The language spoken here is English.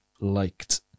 liked